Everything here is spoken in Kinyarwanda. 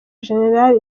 gen